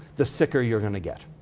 the sicker you're gonna get.